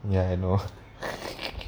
ya I know